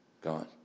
gone